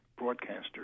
broadcaster